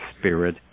Spirit